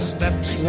Steps